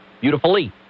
beautifully